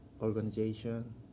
organization